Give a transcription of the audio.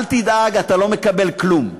אל תדאג, אתה לא מקבל כלום.